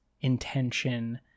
intention